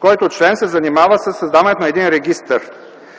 който се занимава със създаването на един регистър